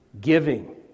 Giving